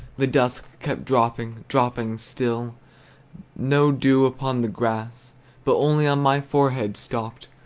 the dusk kept dropping, dropping still no dew upon the grass, but only on my forehead stopped,